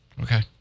Okay